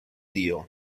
dio